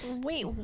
Wait